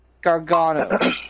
Gargano